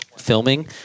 Filming